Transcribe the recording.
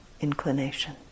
inclination